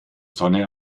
sonne